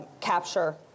capture